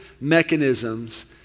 mechanisms